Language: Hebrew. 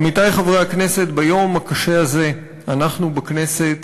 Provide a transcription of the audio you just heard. עמיתי חברי הכנסת, ביום הקשה הזה אנחנו בכנסת